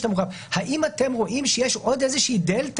האם אתם רואים שיש עוד דלתא,